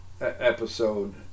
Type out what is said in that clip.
episode